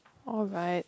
alright